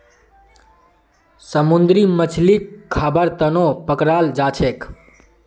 समुंदरी मछलीक खाबार तनौ पकड़ाल जाछेक